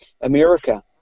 America